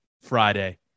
Friday